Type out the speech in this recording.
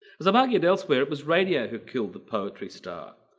as i've argued elsewhere, it was radio who killed the poetry star.